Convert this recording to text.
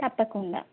తప్పకుండా